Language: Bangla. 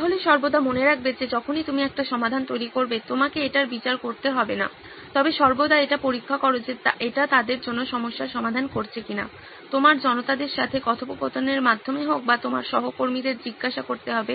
সুতরাং সর্বদা মনে রাখবে যে যখনই তুমি একটি সমাধান তৈরি করবে তোমাকে এটির বিচার করতে হবে না তবে সর্বদা এটি পরীক্ষা করো যে এটি তাদের জন্য সমস্যার সমাধান করছে কিনা তোমার জনতাদের সাথে কথোপকথনের মাধ্যমে হোক বা তোমার সহকর্মীদের জিজ্ঞাসা করতে হবে